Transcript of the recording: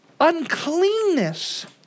Uncleanness